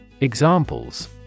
Examples